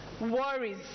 worries